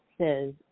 Says